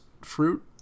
fruit